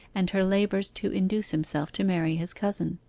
and her labours to induce himself to marry his cousin.